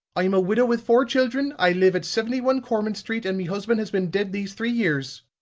i'm a widow with four children i live at seventy one cormant street, an' me husban' has been dead these three years,